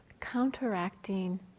counteracting